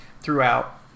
throughout